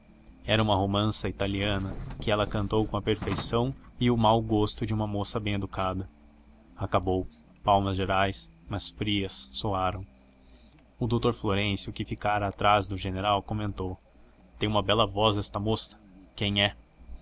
era uma romanza italiana que ela cantou com a perfeição e o mau gosto de uma moça bemeducada acabou palmas gerais mas frias soaram o doutor florêncio que ficara atrás do general comentou tem uma bela voz esta moça quem é